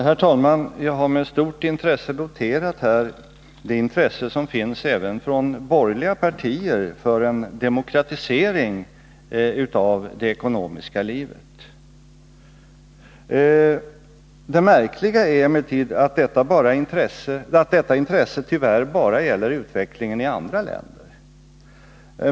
Herr talman! Jag har uppmärksamt noterat intresset även från de borgerliga partiernas sida för en demokratisering av det ekonomiska livet. Det märkliga är emellertid att detta intresse tyvärr bara gäller utvecklingen i andra länder.